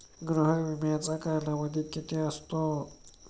गृह विम्याचा कालावधी किती असतो?